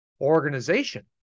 organization